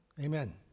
Amen